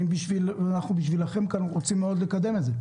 אנחנו בשבילכם רוצים מאוד לקדם את זה.